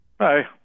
Hi